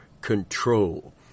control